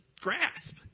grasp